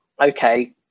okay